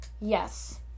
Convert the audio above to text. Yes